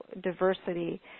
diversity